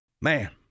Man